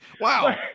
wow